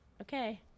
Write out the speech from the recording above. Okay